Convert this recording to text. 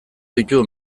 ditu